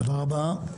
תודה רבה.